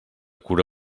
cura